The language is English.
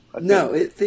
No